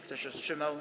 Kto się wstrzymał?